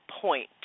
point